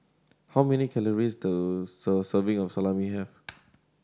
how many calories does a serving of Salami have